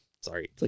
Sorry